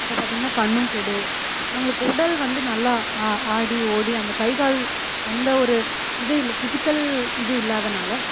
அப்போ பார்த்திங்கனா கண்ணும் கெடும் அவங்களுக்கு உடல் வந்து நல்லா ஆடி ஓடி அந்த கைக்கால் அந்த ஒரு இது இல்லை பிசிக்கல் இது இல்லாததனால